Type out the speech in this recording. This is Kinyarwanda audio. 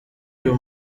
uyu